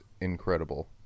incredible